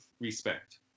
respect